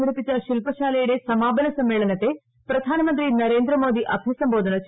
സംഘടിപ്പിച്ച ശില്പശാല്യുടെ സമാപന സമ്മേളനത്തെ പ്രധാനമന്ത്രി നരേന്ദ്രമോദി അഭിസംബോധന ചെയ്യുന്നു